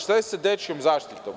Šta je sa dečijom zaštitom?